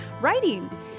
writing